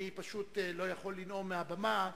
אני פשוט לא יכול לנאום מהבמה,